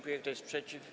Kto jest przeciw?